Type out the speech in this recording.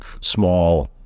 small